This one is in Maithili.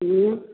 हम्म